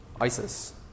Isis